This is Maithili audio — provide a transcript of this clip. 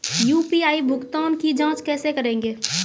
यु.पी.आई भुगतान की जाँच कैसे करेंगे?